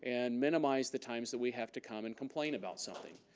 and minimize the times that we have to come and complain about something.